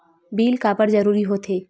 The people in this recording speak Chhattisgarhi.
बिल काबर जरूरी होथे?